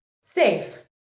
safe